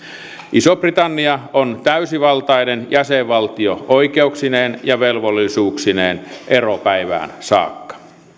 iso britannia on täysivaltainen jäsenvaltio oikeuksineen ja velvollisuuksineen eropäivään saakka